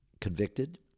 convicted